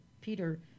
Peter